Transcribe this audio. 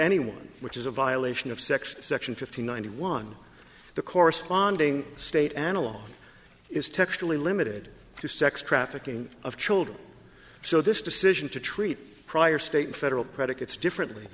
anyone which is a violation of section section fifty nine one the corresponding state analog is textually limited to sex trafficking of children so this decision to treat prior state federal predicates differently